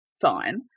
fine